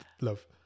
love